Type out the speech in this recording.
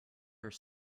are